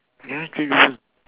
ya true true true